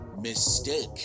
Mistake